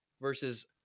versus –